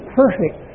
perfect